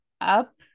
up